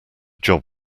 job